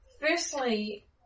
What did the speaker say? Firstly